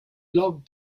log